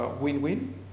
win-win